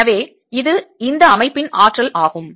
எனவே இது இந்த அமைப்பின் ஆற்றல் ஆகும்